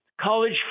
College